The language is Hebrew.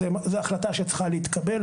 זו החלטה שצריכה להתקבל.